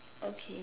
okay